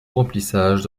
remplissage